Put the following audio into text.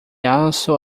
also